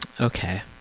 Okay